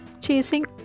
chasing